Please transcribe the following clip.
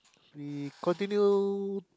we continue